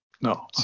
No